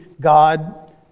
God